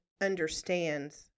understands